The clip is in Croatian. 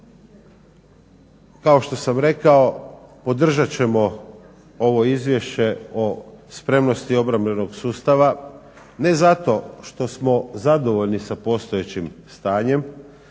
Kao što sam rekao podržat ćemo ovo Izvješće o spremnosti obrambenog sustava ne zato što smo zadovoljni sa postojećim stanjem.